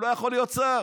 הוא לא יכול להיות שר.